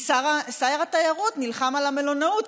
כי שר התיירות נלחם על המלונאות,